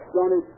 Johnny